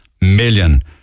million